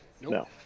No